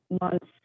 months